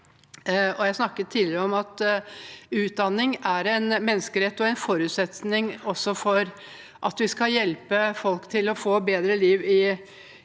Jeg snakket tidligere om at utdanning er en menneskerett og en forutsetning for at vi skal hjelpe folk til å få et bedre liv i